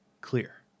Clear